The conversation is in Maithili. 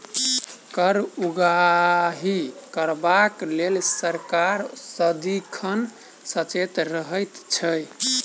कर उगाही करबाक लेल सरकार सदिखन सचेत रहैत छै